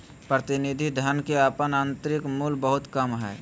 प्रतिनिधि धन के अपन आंतरिक मूल्य बहुत कम हइ